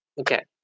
Okay